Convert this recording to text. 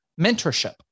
mentorship